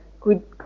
good